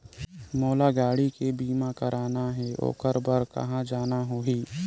मोला गाड़ी के बीमा कराना हे ओकर बार कहा जाना होही?